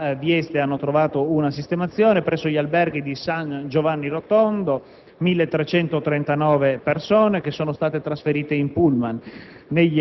da Vieste hanno trovato una sistemazione, sono state sistemate presso gli alberghi di San Giovanni Rotondo (1.339 persone, che sono state trasferite in pullman)